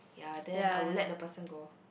ya then I would let the person go